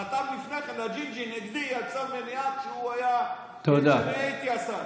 שחתם לפני כן לג'ינג'י נגדי על צו מניעה כשאני הייתי השר.